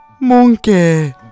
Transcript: Monkey